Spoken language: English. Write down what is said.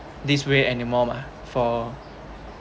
this way anymore mah for